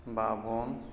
ବାବନ